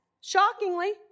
shockingly